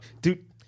dude